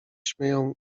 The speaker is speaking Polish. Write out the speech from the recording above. śmieją